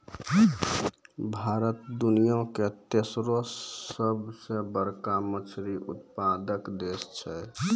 भारत दुनिया के तेसरो सभ से बड़का मछली उत्पादक देश छै